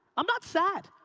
i'm not sad.